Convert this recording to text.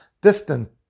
distant